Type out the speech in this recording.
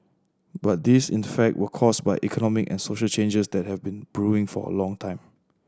but these in fact were caused by economic and social changes that have been brewing for a long time